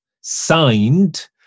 signed